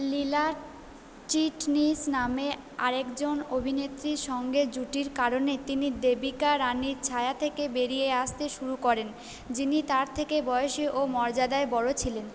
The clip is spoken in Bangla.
লীলা চিটনিস নামে আরেকজন অভিনেত্রীর সঙ্গে জুটির কারণে তিনি দেবিকা রানীর ছায়া থেকে বেরিয়ে আসতে শুরু করেন যিনি তাঁর থেকে বয়সে ও মর্যাদায় বড়ো ছিলেন